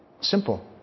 Simple